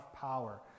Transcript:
power